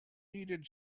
needed